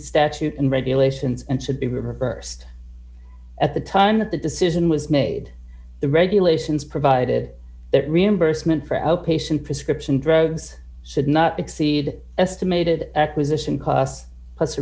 statute and regulations and should be reversed at the time that the decision was made the regulations provided that reimbursement for outpatient prescription drugs should not exceed estimated acquisition costs plus